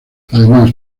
además